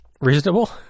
Reasonable